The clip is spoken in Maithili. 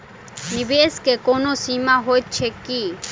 निवेश केँ कोनो सीमा होइत छैक की?